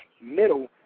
middle